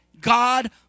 God